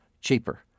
cheaper